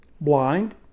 Blind